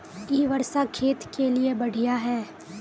इ वर्षा खेत के लिए बढ़िया है?